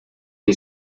que